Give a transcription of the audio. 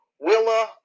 Willa